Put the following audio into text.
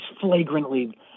flagrantly